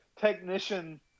technician